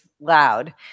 loud